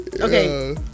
Okay